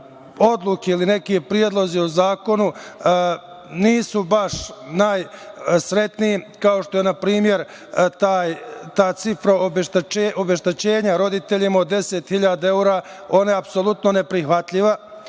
odluke ili neki predlozi u zakonu nisu baš najsrećniji, kao što je na primer ta cifra obeštećenja roditeljima od 10.000 evra, ona je apsolutno neprihvatljiva,